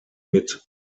mit